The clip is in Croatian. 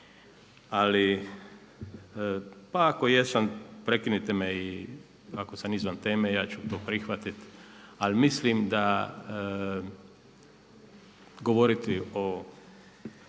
Ali pa ako jesam prekinite me i ako sam izvan teme i ja ću to prihvatiti, ali mislim da govoriti o